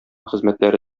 хезмәтләре